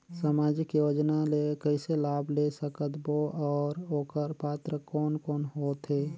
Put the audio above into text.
समाजिक योजना ले कइसे लाभ ले सकत बो और ओकर पात्र कोन कोन हो थे?